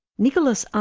nicholas r.